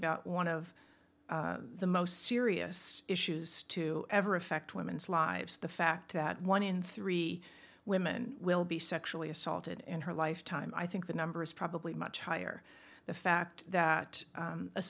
about one of the most serious issues to ever affect women's lives the fact that one in three women will be sexually assaulted in her lifetime i think the number is probably much higher the fact that